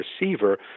receiver